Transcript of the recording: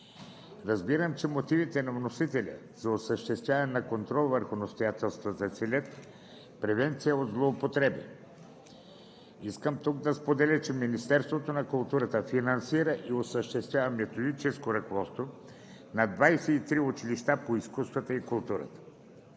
Разбирам, че мотивите на вносителя за осъществяване на контрол върху настоятелствата целят превенция от злоупотреби. Тук искам да споделя, че Министерството на културата финансира и осъществява методическо ръководство на 23 училища по изкуствата и културата.